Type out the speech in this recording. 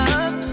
up